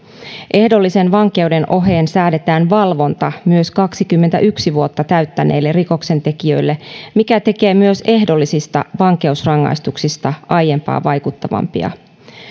ehdollisen vankeuden oheen säädetään valvonta myös kaksikymmentäyksi vuotta täyttäneille rikoksentekijöille mikä tekee myös ehdollisista vankeusrangaistuksista aiempaa vaikuttavampia